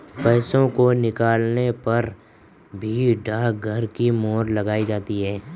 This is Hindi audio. पैसों को निकालने पर भी डाकघर की मोहर लगाई जाती है